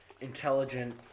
intelligent